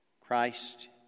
Christ